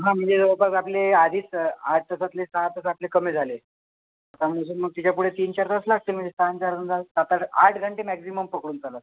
हां म्हणजे जवळपास आपले आधीच आठ तासातले सहा तास आपले कमी झाले हां म्हणजे सर मग त्याच्यापुढे तीनचार तास लागतील म्हणजे सहा अन् चार अजून दहा सातआठ आठ घंटे मॅक्झिमम पकडून चाला